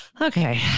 Okay